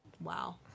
Wow